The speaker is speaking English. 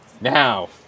Now